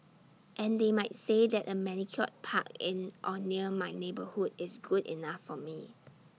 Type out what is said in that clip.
and they might say that A manicured park in or near my neighbourhood is good enough for me